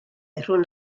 rhwng